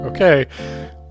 Okay